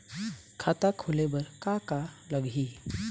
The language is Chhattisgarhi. खाता खोले बर का का लगही?